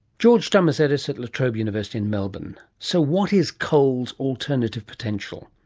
george domazetis at la trobe university in melbourne. so what is coal's alternative potential?